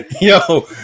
Yo